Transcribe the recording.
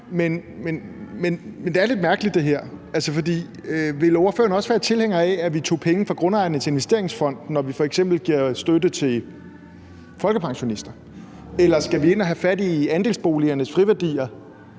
Men det her er lidt mærkeligt, for ville ordføreren også være tilhænger af, at vi tager penge fra grundejerne til investeringsfonden, når vi f.eks. giver støtte til folkepensionister, eller skal vi ind og have fat i andelsboligernes friværdier